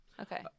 Okay